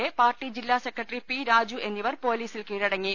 A party ജില്ലാ secretary P Raju എന്നി വർ പൊലീസിൽ കീഴടങ്ങി